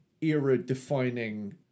era-defining